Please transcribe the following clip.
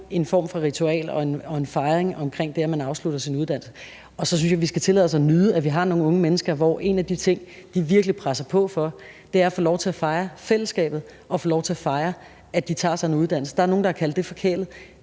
en form for ritual og en fejring af det, at man afslutter sin uddannelse. Så synes jeg, vi skal tillade os at nyde, at vi har nogle unge mennesker, hvor en af de ting, de virkelig presser på for, er at få lov til at fejre fællesskabet og få lov til at fejre, at de har taget sig en uddannelse. Der er nogen, der har kaldt det forkælet.